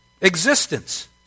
existence